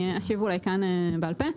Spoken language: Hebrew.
אני אשיב אולי כאן בעל פה.